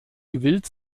gewillt